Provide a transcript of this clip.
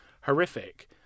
horrific